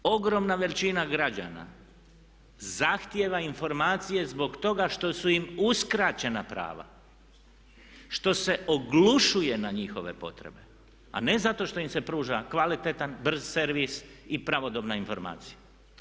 Ogromna količina građana zahtijeva informacije zbog toga što su im uskraćena prava, što se oglušuje na njihove potrebe a ne zato što im se pruža kvalitetan, brz servis i pravodobna informacija.